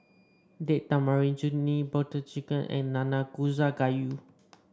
Date Tamarind Chutney Butter Chicken and Nanakusa Gayu